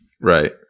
Right